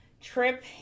trip